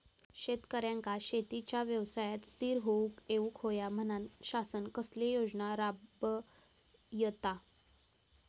शेतकऱ्यांका शेतीच्या व्यवसायात स्थिर होवुक येऊक होया म्हणान शासन कसले योजना राबयता?